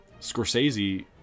Scorsese